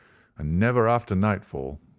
and never after nightfall.